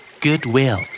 Goodwill